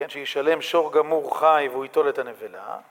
כן, שישלם שור גמור חי והוא יטול את הנבלה.